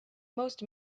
most